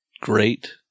great